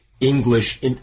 English